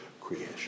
creation